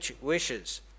wishes